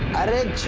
i didn't